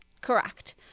Correct